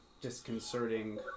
disconcerting